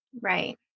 Right